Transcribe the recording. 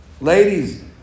Ladies